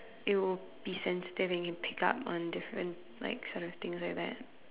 it will be sensitive and can pick up on different like sort of things like that